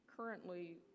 Currently